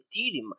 Ethereum